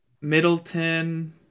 Middleton